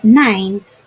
ninth